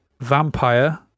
vampire